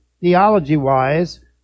theology-wise